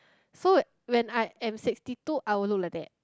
so when I am sixty two I will look like that